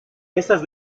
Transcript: estas